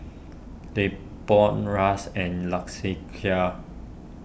Leopold Ras and